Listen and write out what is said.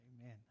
Amen